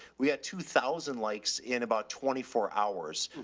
we at two thousand likes in about twenty four hours,